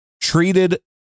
treated